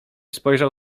spojrzał